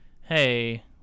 hey